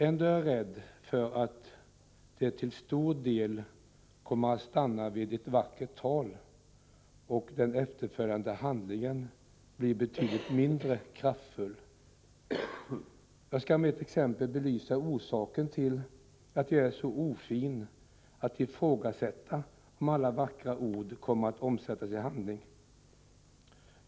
Ändå är jag rädd för att det till stora delar kommer att stanna vid ett vackert tal och att den efterföljande handlingen blir betydligt mindre kraftfull. Jag skall med ett exempel belysa orsaken till att jag är så ofin att jag ifrågasätter om alla vackra ord kommer att omsättas i handling.